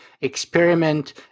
experiment